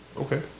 Okay